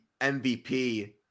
MVP